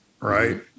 Right